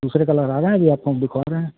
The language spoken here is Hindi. दूसरे कलर आ रहा है अभी आपको हम दिखवा रहे हैं